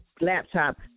laptop